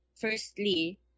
Firstly